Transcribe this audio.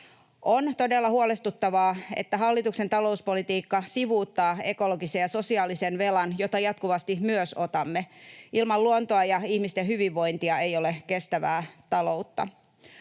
On todella huolestuttavaa, että hallituksen talouspolitiikka sivuuttaa ekologisen ja sosiaalisen velan, jota jatkuvasti myös otamme. Ilman luontoa ja ihmisten hyvinvointia ei ole kestävää taloutta.